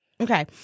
Okay